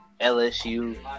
LSU